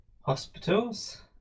hospitals